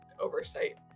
oversight